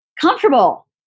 comfortable